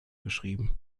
geschrieben